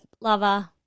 lover